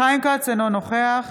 חיים כץ, אינו נוכח